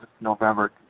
November